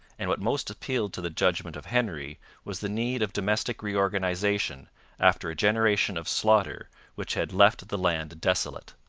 and what most appealed to the judgment of henry was the need of domestic reorganization after a generation of slaughter which had left the land desolate.